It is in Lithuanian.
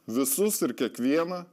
visus ir kiekvieną